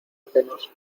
penosa